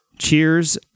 Cheers